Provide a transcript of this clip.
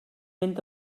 mynd